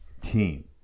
team